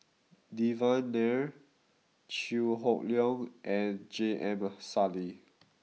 Devan Nair Chew Hock Leong and J M Sali